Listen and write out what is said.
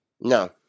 no